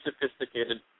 sophisticated